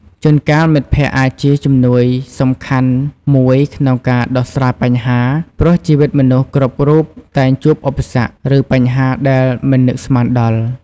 ជូនកាលមិត្តភក្តិអាចជា ជំនួយសំខាន់មួយក្នុងការដោះស្រាយបញ្ហា ព្រោះជីវិតមនុស្សគ្រប់រូបតែងជួបឧបសគ្គ ឬបញ្ហាដែលមិននឹកស្មានដល់។